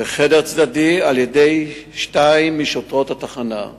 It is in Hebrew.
בחדר צדדי על-ידי שתיים משוטרות התחנה.